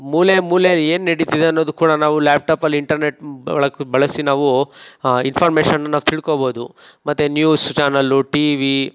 ಮೂಲೆ ಮೂಲೆಯಲ್ಲಿ ಏನು ನಡೀತಿದೆ ಅನ್ನೋದು ಕೂಡ ನಾವು ಲ್ಯಾಪ್ಟಾಪಲ್ಲಿ ಇಂಟರ್ನೆಟ್ ಬಳಕೆ ಬಳಸಿ ನಾವು ಆ ಇನ್ಫಾರ್ಮೇಶನನ್ ನಾವು ತಿಳ್ಕೊಬೋದು ಮತ್ತು ನ್ಯೂಸ್ ಚಾನೆಲ್ಲು ಟಿ ವಿ